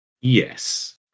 Yes